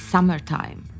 Summertime